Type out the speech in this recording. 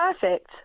perfect